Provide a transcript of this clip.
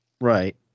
Right